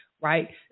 right